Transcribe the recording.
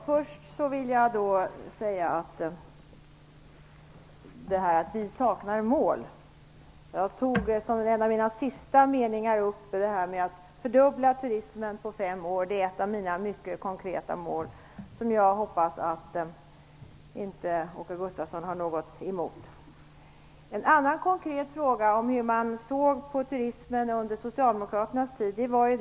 Herr talman! Det sades här att vi saknar mål. Jag nämnde i en av de sista meningarna i mitt anförande att ett av mina mycket konkreta mål är att fördubbla turismen på fem år, och jag hoppas att Åke Gustavsson inte har någonting emot det. En annan konkret fråga är hur man såg på turismen under Socialdemokraternas tid vid makten.